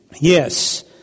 Yes